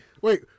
wait